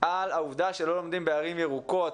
על העובדה שכיתות ה' עד י"ב לא לומדים בערים ירוקות.